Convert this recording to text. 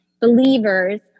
believers